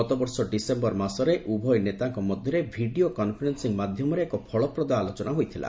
ଗତବର୍ଷ ଡିସେମ୍ବର ମାସରେ ଉଭୟ ନେତାଙ୍କ ମଧ୍ୟରେ ଭିଡିଓ କନ୍ଫରେନ୍ନିଂ ମାଧ୍ୟମରେ ଏକ ଫଳପ୍ରଦ ଆଲୋଚନା ହୋଇଥିଲା